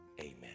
Amen